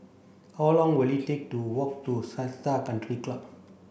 how long will it take to walk to Seletar Country Club